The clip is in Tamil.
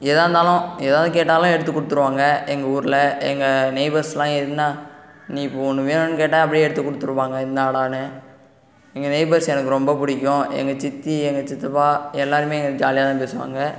எதாக இருந்தாலும் எதாவது கேட்டாலும் எடுத்து கொடுத்துடுவாங்க எங்கள் ஊரில் எங்கள் நெய்பர்ஸ்லாம் இருந்தால் நீ இப்ப ஒன்று வேணுன்னு கேட்டால் அப்படியே எடுத்து கொடுத்துடுவாங்க இந்தாடான்னு எங்கள் நெய்பர்ஸ் எனக்கு ரொம்ப பிடிக்கும் எங்கள் சித்தி எங்கள் சித்தப்பா எல்லோருமே எங்க ஜாலியாக தான் பேசுவாங்க